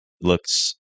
looks